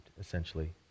essentially